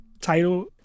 title